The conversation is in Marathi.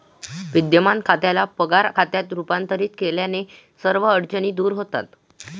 विद्यमान खात्याला पगार खात्यात रूपांतरित केल्याने सर्व अडचणी दूर होतात